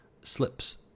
slips